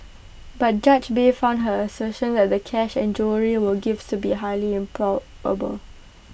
but judge bay found her assertion that the cash and jewellery were gifts to be highly improbable